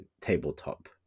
tabletop